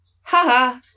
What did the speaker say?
Haha